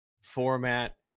format